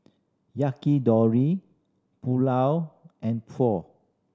Yakitori Pulao and Pho